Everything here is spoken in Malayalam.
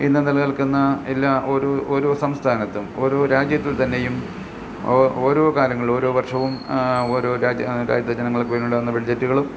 ഇന്ന് നിലനിൽക്കുന്ന എല്ലാ ഓരോ ഓരോ സംസ്ഥാനത്തും ഓരോ രാജ്യത്ത് തന്നെയും ഓരോ കാലങ്ങളും ഓരോ വർഷവും ഓരോ രാജ്യം രാജ്യത്തെ ജനങ്ങൾക്ക് വേണ്ടിയുണ്ടാവുന്ന ബഡ്ജെറ്റുകളും